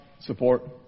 support